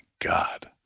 God